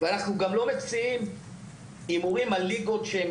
אנחנו גם לא מציעים הימורים על ליגות שהן